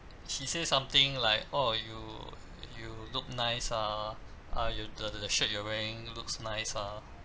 he say something like oh you you look nice ah uh you the the the shirt you're wearing looks nice ah